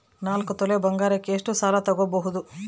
ನಾಲ್ಕು ತೊಲಿ ಬಂಗಾರಕ್ಕೆ ಎಷ್ಟು ಸಾಲ ತಗಬೋದು?